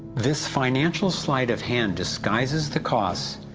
this financial sleight of hand disguises the costs,